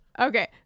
Okay